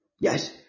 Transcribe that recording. Yes